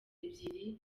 ebyiri